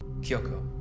Kyoko